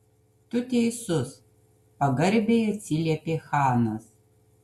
tu teisus pagarbiai atsiliepė chanas